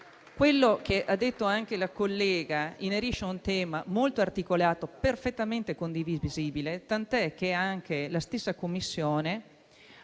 Quello che ha detto la collega Camusso inerisce a un tema molto articolato, perfettamente condivisibile, tant'è che la stessa Commissione